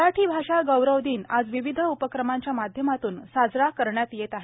मराठी भाषा गौरव दिन आज विविध उपक्रमांच्या माध्यमातून साजरा करण्यात येत आहे